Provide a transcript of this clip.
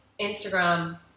instagram